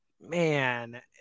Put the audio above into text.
man